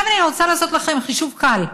עכשיו אני רוצה לעשות לכם חישוב קל: